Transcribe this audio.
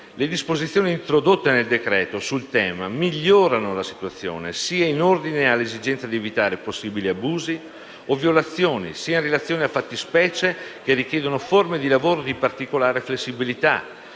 Le disposizioni introdotte nel decreto-legge sul tema migliorano la situazione, sia in ordine alla esigenza di evitare possibili abusi o violazioni, sia in relazione a fattispecie che richiedono forme di lavoro di particolare flessibilità: